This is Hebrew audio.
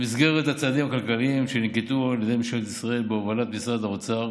במסגרת הצעדים הכלכליים שננקטו על ידי ממשלת ישראל בהובלת משרד האוצר